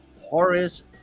Horace